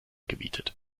gemietet